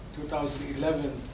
2011